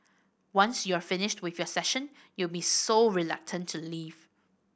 once you're finished with your session you'll be so reluctant to leave